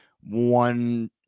one